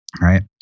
right